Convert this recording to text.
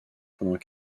pendant